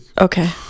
Okay